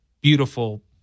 beautiful